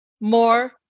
more